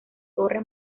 torre